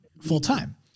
full-time